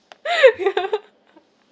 yeah